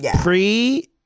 pre